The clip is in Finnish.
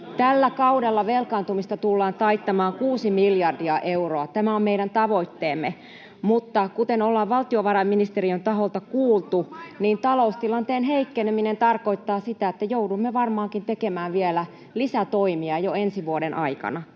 Tällä kaudella velkaantumista tullaan taittamaan kuusi miljardia euroa. Tämä on meidän tavoitteemme, mutta kuten ollaan valtiovarainministeriön taholta kuultu, taloustilanteen heikkeneminen tarkoittaa sitä, että joudumme varmaankin tekemään vielä lisätoimia jo ensi vuoden aikana.